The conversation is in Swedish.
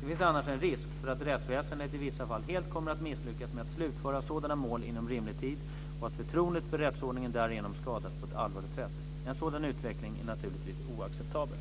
Det finns annars en risk för att rättsväsendet i vissa fall helt kommer att misslyckas med att slutföra sådana mål inom rimlig tid, och att förtroendet för rättsordningen därigenom skadas på ett allvarligt sätt. En sådan utveckling är naturligtvis oacceptabel.